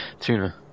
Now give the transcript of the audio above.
Tuna